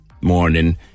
morning